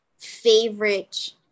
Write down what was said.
favorite